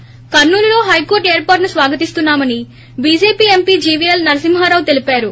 ి కర్సూలులో హైకోర్టు ఏర్పాటును స్వాగతిస్తున్నామని బీజేపీ ఎంపీ జీవీఎల్ నరసింహారావు తెలిపారు